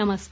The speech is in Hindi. नमस्कार